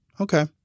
Okay